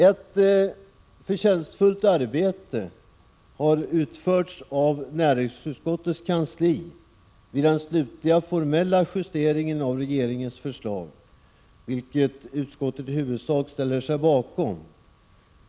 Ett förtjänstfullt arbete har utförts av näringsutskottets kansli vid den slutliga formella justeringen av regeringens förslag, vilket utskottet i huvudsak ställer sig bakom.